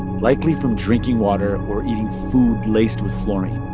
likely from drinking water or eating food laced with fluorine